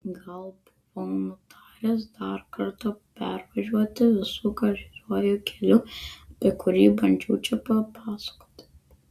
gal buvau nutaręs dar kartą pervažiuoti visu garsiuoju keliu apie kurį bandžiau čia papasakoti